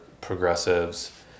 progressives